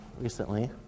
recently